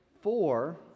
four